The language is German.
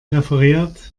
referiert